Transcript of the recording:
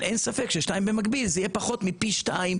אבל אין ספק ששתיים במקביל זה יהיה פחות מפי שתיים